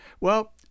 Well